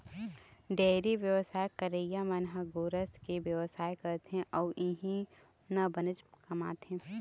dairy बेवसाय करइया मन ह गोरस के बेवसाय करथे अउ इहीं म बनेच कमाथे